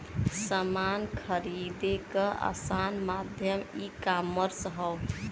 समान खरीदे क आसान माध्यम ईकामर्स हौ